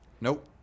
Nope